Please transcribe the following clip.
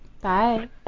Bye